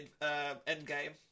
Endgame